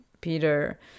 Peter